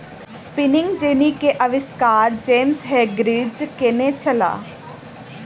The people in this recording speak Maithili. स्पिनिंग जेन्नी के आविष्कार जेम्स हर्ग्रीव्ज़ केने छला